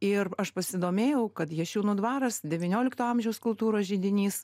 ir aš pasidomėjau kad jašiūnų dvaras devyniolikto amžiaus kultūros židinys